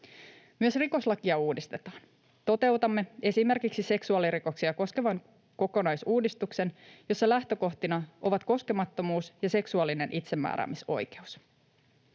Myös rikoslakia uudistetaan. Toteutamme esimerkiksi seksuaalirikoksia koskevan kokonaisuudistuksen, jossa lähtökohtina ovat koskemattomuus ja seksuaalinen itsemääräämisoikeus.